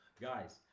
Guys